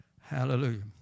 Hallelujah